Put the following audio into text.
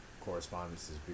correspondences